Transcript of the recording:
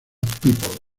people